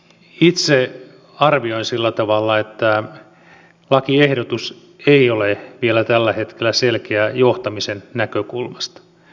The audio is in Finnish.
itse arvioin sillä tavalla että lakiehdotus ei ole vielä tällä hetkellä selkeä johtamisen näkökulmasta